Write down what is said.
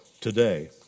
today